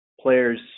players